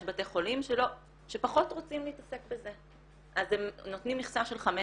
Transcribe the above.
יש בתי חולים שפחות רוצים להתעסק בזה אז הם נותנים מכסה של חמש